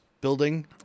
building